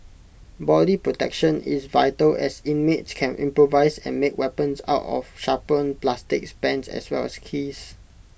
body protection is vital as inmates can improvise and make weapons out of sharpened plastics pens as well as keys